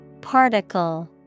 Particle